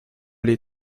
les